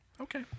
Okay